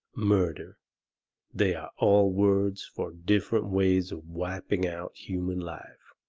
murder they are all words for different ways of wiping out human life.